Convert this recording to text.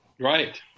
Right